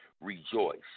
Rejoice